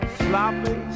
sloppy